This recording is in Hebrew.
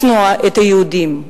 לשנוא את היהודים.